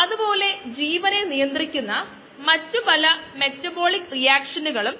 module 1 മുതൽ നമ്മൾ കണ്ട സമവാക്യമാണിത് ഇവ മാസ് റേറ്റുകളാണ്